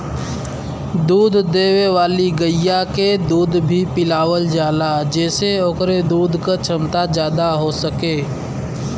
दूध देवे वाली गइया के दूध भी पिलावल जाला जेसे ओकरे दूध क छमता जादा हो सके